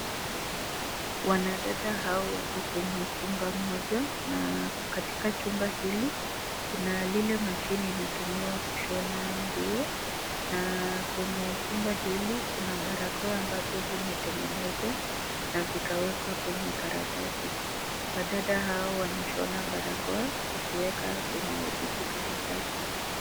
Wanadada hao wako kwenye chumba moja na katika chumba hili kuna lile mashine inatumiwa kushona nguo na kwenye chumba hili kuna barakoa ambavyo vimetengenezwa na vikawekwa kwenye karatasi. Wadada hao wanashona barakoa wakiweka kwenye vijikaratasi.